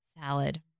Salad